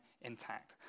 intact